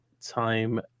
time